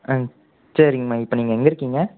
ஆ சரிங்கம்மா இப்போ நீங்கள் எங்கே இருக்கீங்க